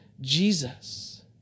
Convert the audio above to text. Jesus